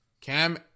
Cam